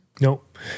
Nope